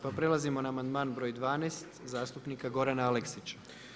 Pa prelazimo na amandman broj 12. zastupnika Gorana Aleksića.